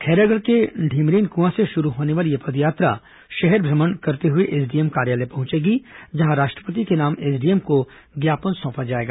खैरागढ़ के ढीमरीनकुआं से शुरू होने वाली यह पदयात्रा शहर भ्रमण करते हुए एसडीएम कार्यालय पहुंचेगी जहां राष्ट्रपति के नाम एसडीएम को ज्ञापन सौंपा जाएगा